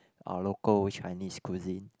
our local Chinese cuisine